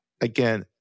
again